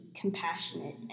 compassionate